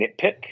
nitpick